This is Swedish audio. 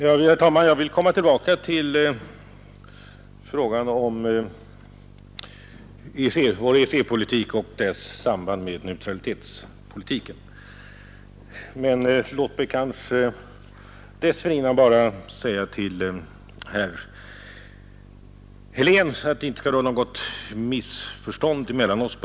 Herr talman! Jag vill komma tillbaka till frågan om vår EEC-politik och dess samband med neutralitetspolitiken. Men låt mig dessförinnan bara säga följande till herr Helén, för att det inte skall råda något missförstånd mellan oss.